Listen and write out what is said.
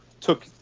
took